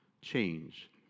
change